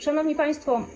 Szanowni Państwo!